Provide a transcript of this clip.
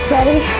Ready